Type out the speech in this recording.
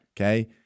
Okay